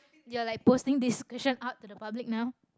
you are like posting description up to the public now